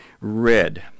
red